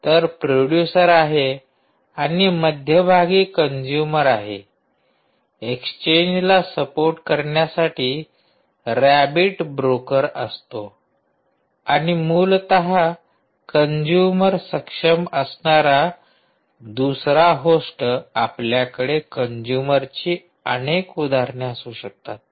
तर प्रोड्युसर आहे आणि मध्यभागी कंजूमर आहे एक्सचेंजला सपोर्ट करण्यासाठी रॅबिट ब्रोकर असतो आणि मूलत कंजूमर सक्षम असणारा दुसरा होस्ट आपल्याकडे कंजूमरची अनेक उदाहरणे असू शकतात